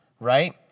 right